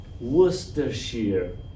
Worcestershire